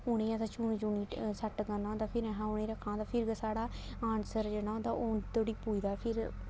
उ'नें गी असें चुनी चुनी सैट्ट करना होंदा ते फिर असें उ'नें गी रक्खना होंदा फिर गै साढ़ा आनसर जेह्ड़ा होंदा उं'दे धोड़ी पुज्जदा फिर